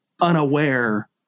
unaware